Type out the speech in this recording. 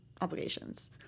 obligations